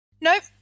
Nope